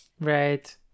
Right